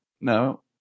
no